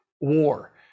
war